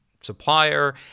supplier